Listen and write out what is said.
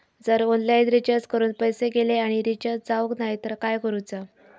जर online recharge करून पैसे गेले आणि रिचार्ज जावक नाय तर काय करूचा?